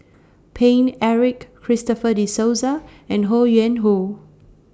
Paine Eric Christopher De Souza and Ho Yuen Hoe